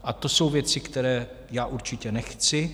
A to jsou věci, které já určitě nechci.